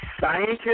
scientists